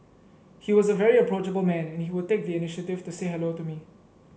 he was a very approachable man and he would take the initiative to say hello to me